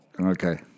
Okay